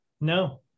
no